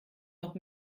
noch